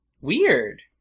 Weird